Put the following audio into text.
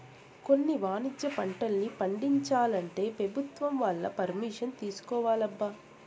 కొన్ని వాణిజ్య పంటల్ని పండించాలంటే పెభుత్వం వాళ్ళ పరిమిషన్ తీసుకోవాలబ్బా